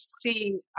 see